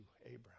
Abraham